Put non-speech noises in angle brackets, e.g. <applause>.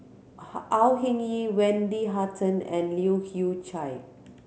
<unintelligible> Au Hing Yee Wendy Hutton and Leu Hew Chye